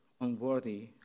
unworthy